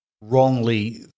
wrongly